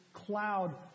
cloud